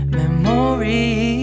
memories